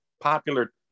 popular